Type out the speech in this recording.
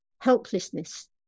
helplessness